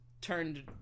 turned